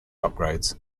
upgrades